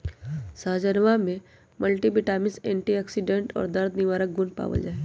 सहजनवा में multivitamins antioxidant और दर्द निवारक गुण पावल जाहई